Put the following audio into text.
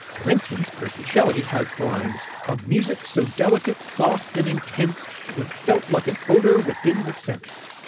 for instance, percy shelley has the lines of music so delicate, soft, and intense it was felt like an odour within the sense,